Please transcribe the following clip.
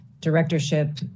directorship